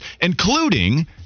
including